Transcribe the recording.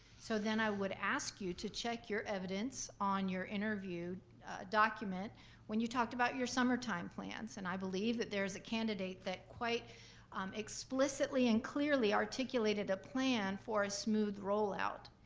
so then i would ask you to check your evidence on your interview document when you talked about your summertime plans. and i believe that there is a candid ah that quite explicitly and clearly articulated a plan for a smooth rollout,